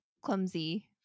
clumsy